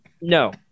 No